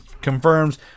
confirms